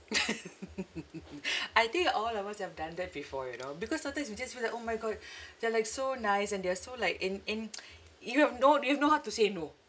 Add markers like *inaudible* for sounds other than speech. *laughs* I think all of us have done that before you know because sometimes you just feel like oh my god they're like so nice and they are so like and and *noise* you don't know you have no heart to say no